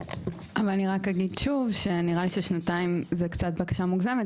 אני רק אגיד שוב: נראה לי ששנתיים זה בקשה קצת מוגזמת.